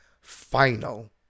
final